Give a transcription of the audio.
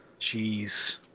Jeez